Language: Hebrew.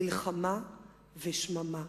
מלחמה ושממה.